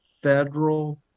federal